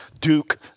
Duke